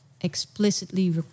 explicitly